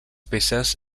peces